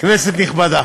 כנסת נכבדה,